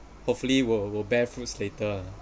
hopefully will will bear fruits later